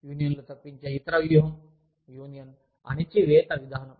యూనియన్లను తప్పించే ఇతర వ్యూహం యూనియన్ అణచివేత విధానం